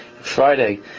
Friday